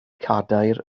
cadair